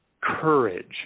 courage